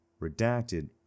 Redacted